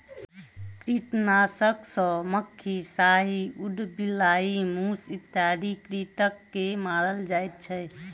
कृंतकनाशक सॅ लुक्खी, साही, उदबिलाइ, मूस इत्यादि कृंतक के मारल जाइत छै